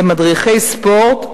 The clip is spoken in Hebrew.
למדריכי ספורט,